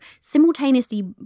simultaneously